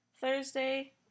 Thursday